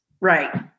Right